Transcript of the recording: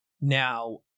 Now